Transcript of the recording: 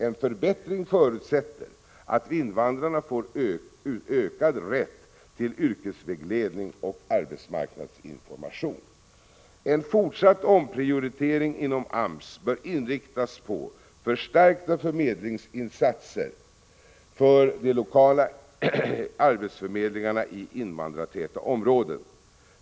En förbättring förutsätter att invandrarna får ökad rätt till yrkesvägledning och arbetsmarknadsinformation. En fortsatt omprioritering inom AMS bör inriktas på förstärkta förmedlingsinsatser för de lokala arbetsförmedlingarna i invandrartäta områden.